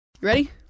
Ready